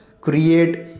create